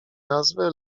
nazwę